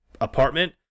apartment